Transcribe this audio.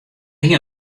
hie